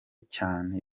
cyane